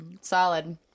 Solid